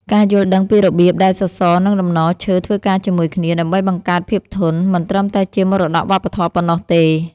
ការយល់ដឹងពីរបៀបដែលសសរ និងតំណឈើធ្វើការជាមួយគ្នាដើម្បីបង្កើតភាពធន់ មិនត្រឹមតែជាមរតកវប្បធម៌ប៉ុណ្ណោះទេ។